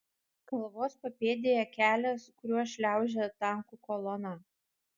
kalvos papėdėje kelias kuriuo šliaužia tankų kolona